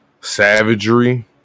savagery